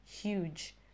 huge